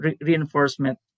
reinforcement